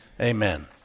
Amen